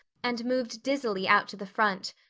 and moved dizzily out to the front.